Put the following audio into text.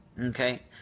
Okay